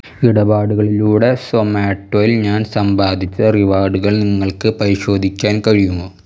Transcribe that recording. ഇടപാടുകളിലൂടെ സൊമാറ്റോയില് ഞാൻ സമ്പാദിച്ച റിവാർഡുകൾ നിങ്ങൾക്ക് പരിശോധിക്കാൻ കഴിയുമോ